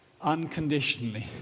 Unconditionally